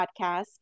podcast